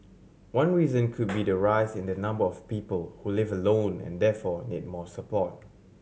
one reason could be the rise in the number of people who live alone and therefore need more support